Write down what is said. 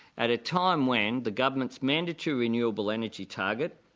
at a time when the government's mandatory renewable energy target,